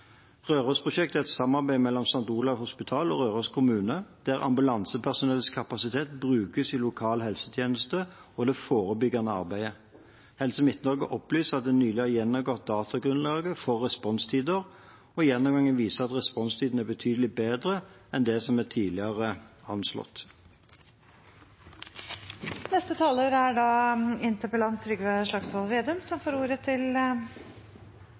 et prosjekt, Rørosprosjektet, som prøver ut en framtidsrettet modell for mobilintegrerte helsetjenester. Rørosprosjektet er et samarbeid mellom St. Olavs hospital og Røros kommune, der ambulansepersonellets kapasitet brukes i lokal helsetjeneste og i det forebyggende arbeidet. Helse Midt-Norge har opplyst at de nylig har gjennomgått datagrunnlaget for responstider. Gjennomgangen viser at responstidene er betydelig bedre enn tidligere anslått. Det som er helt grunnleggende når vi diskuterer responstid, er